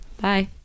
Bye